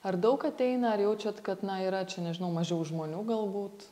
ar daug ateina ar jaučiat kad na yra čia nežinau mažiau žmonių galbūt